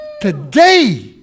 today